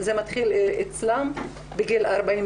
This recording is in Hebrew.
זה מתחיל אצלן בגיל 40,